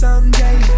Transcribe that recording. Someday